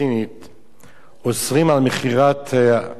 אוסרים מכירת אדמות ליהודים.